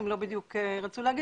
הם לא בדיוק רצו להגיד.